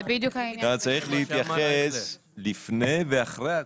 אתה צריך להתייחס לפני ואחרי הקורונה.